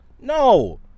No